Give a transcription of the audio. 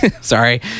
sorry